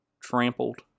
trampled